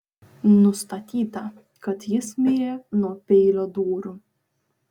nustatyta kad jis mirė nuo peilio dūrių